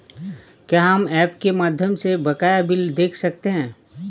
क्या हम ऐप के माध्यम से बकाया बिल देख सकते हैं?